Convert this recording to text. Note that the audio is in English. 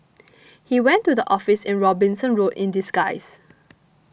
he went to the office in Robinson Road in disguise